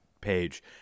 page